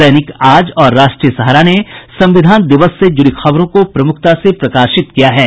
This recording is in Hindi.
दैनिक आज और राष्ट्रीय सहारा ने संविधान दिवस से जुड़ी खबरों को प्रमुखता से प्रकाशित किया हे